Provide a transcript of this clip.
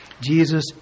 Jesus